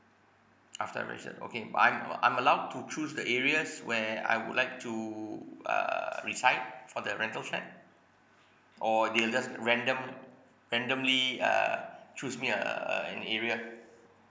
after arranged it but I'm uh I'm allowed to choose the areas where I would like to err reside for the rental flat or they'll just random randomly uh choose me a uh an area